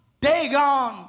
Dagon